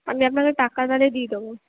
আমি আপনাকে টাকা তাহলে দিয়ে দেব